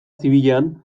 zibilean